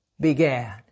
began